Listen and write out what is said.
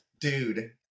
dude